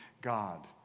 God